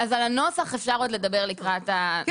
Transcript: עוד אפשר לדבר לקראת הדיון הבא,